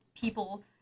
people